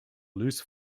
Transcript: loose